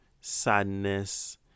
sadness